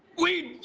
we